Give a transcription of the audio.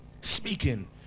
speaking